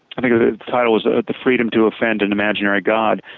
i think ah the title was ah the freedom to offend an imaginary god,